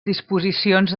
disposicions